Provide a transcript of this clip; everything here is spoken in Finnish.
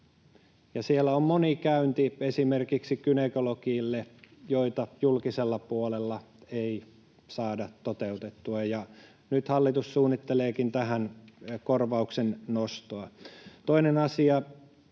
Siellä on monta käyntiä esimerkiksi gynekologille, joita julkisella puolella ei saada toteutettua, ja nyt hallitus suunnitteleekin tähän korvauksen nostoa. Toinen asia.